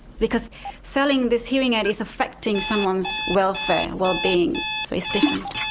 because selling this hearing aid is affecting someone's welfare, wellbeing, so it's different.